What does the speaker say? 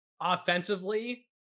Offensively